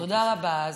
תודה רבה.